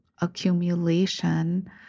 accumulation